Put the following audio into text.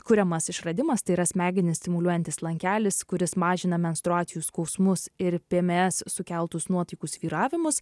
kuriamas išradimas tai yra smegenis stimuliuojantis lankelis kuris mažina menstruacijų skausmus ir pms sukeltus nuotaikų svyravimus